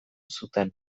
zuten